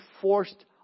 forced